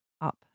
up